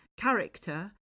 character